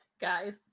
Guys